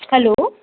hello